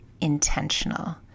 intentional